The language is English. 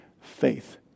faith